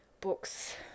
books